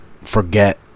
forget